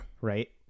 Right